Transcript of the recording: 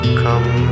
come